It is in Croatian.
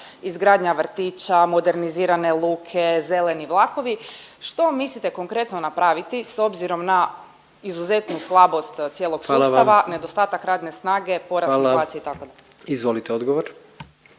izgradnja vrtića, modernizirane luke, zeleni vlakovi. Što mislite konkretno napraviti s obzirom na izuzetnu slabost cijelog sustava … …/Upadica predsjednik: Hvala vam./…